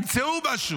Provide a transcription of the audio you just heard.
ימצאו משהו.